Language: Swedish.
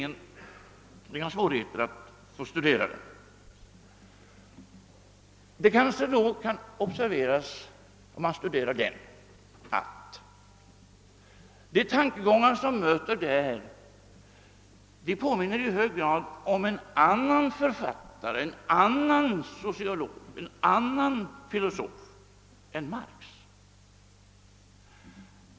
Om han studerar den kan han observera att de tankegångar som framförs i hög grad påminner om en annan författare, en annan sociolog, en annan filosof än Marx.